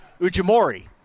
Ujimori